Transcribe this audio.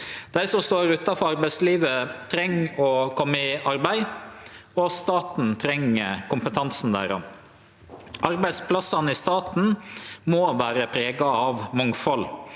Dei som står utanfor arbeidslivet, treng å kome i arbeid, og staten treng kompetansen deira. Arbeidsplassane i staten må vere prega av mangfald,